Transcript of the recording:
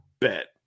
Bet